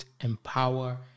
empower